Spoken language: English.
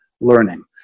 learning